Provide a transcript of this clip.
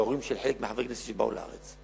וכשההורים של חלק מחברי הכנסת באו לארץ,